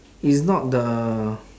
it's not the